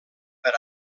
per